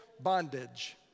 bondage